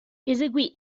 eseguì